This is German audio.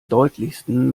deutlichsten